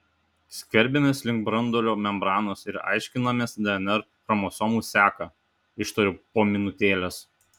skverbiamės link branduolio membranos ir aiškinamės dnr chromosomų seką ištariau po minutėlės